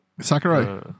Sakurai